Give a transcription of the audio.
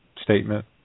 statement